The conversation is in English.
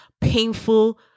painful